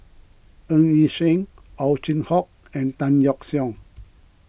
Ng Yi Sheng Ow Chin Hock and Tan Yeok Seong